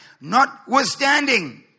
Notwithstanding